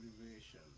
motivation